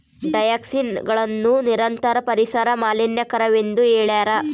ಡಯಾಕ್ಸಿನ್ಗಳನ್ನು ನಿರಂತರ ಪರಿಸರ ಮಾಲಿನ್ಯಕಾರಕವೆಂದು ಹೇಳ್ಯಾರ